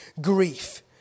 grief